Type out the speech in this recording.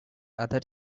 other